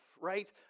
right